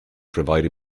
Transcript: provide